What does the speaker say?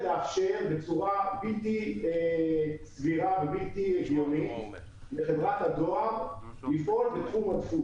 לאפשר בצורה בלתי סבירה ובלתי הגיונית לחברת הדואר לפעול בתחום הדפוס.